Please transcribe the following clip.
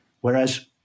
whereas